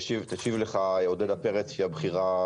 תשיב לך עודדה פרץ, שהיא הבכירה